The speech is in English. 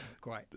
great